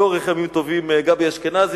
לאורך ימים טובים, גבי אשכנזי.